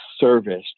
service